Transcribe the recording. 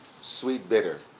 sweet-bitter